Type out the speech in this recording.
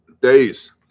Days